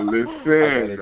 Listen